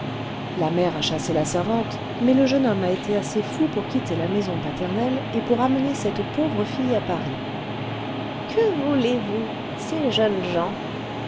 la mère a chassé la servante mais le jeune homme a été assez fou pour quitter la maison paternelle et pour amener cette pauvre fille à paris que voulez-vous ces jeunes gens